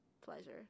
pleasure